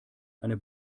eine